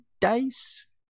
dice